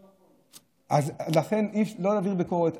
באחריות, 12 שעות, אז לכן, לא להעביר ביקורת.